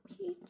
peach